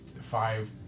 five